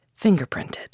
fingerprinted